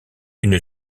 une